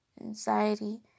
anxiety